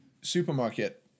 supermarket